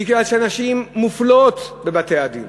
בגלל שנשים מופלות בבתי-הדין.